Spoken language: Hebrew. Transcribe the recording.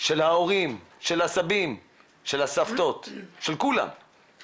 של ההורים, של הסבים, של הסבתות, של חברים קרובים